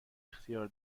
اختیار